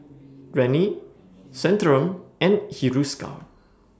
Rene Centrum and Hiruscar